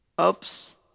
Oops